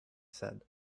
said